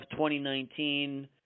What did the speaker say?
2019